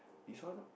this one